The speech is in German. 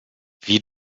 wie